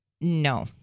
No